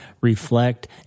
Reflect